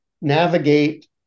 navigate